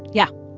yeah?